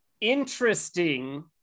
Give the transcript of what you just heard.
interesting